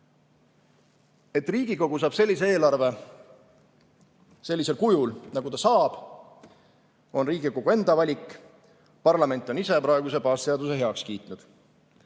Et Riigikogu saab sellise eelarve sellisel kujul, nagu saab, on Riigikogu enda valik. Parlament on ise praeguse baasseaduse heaks kiitnud. Kuid